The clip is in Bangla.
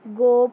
গোপ